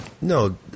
No